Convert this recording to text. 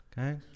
Okay